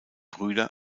brüder